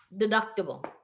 deductible